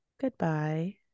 Goodbye